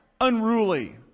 unruly